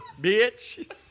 bitch